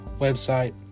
website